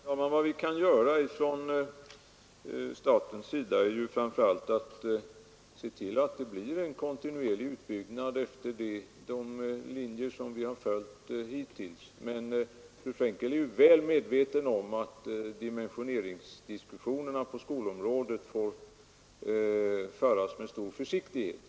Herr talman! Vad vi kan göra från statens sida är framför allt att se till att det blir en kontinuerlig utbyggnad efter de riktlinjer som vi har följt hittills. Men fru Frenkel är väl medveten om att dimensioneringsdiskussionerna på skolområdet får föras med stor försiktighet.